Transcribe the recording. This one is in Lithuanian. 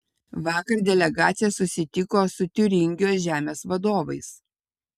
vakar delegacija susitiko su tiuringijos žemės vadovais